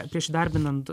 prieš įdarbinant